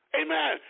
Amen